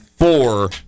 Four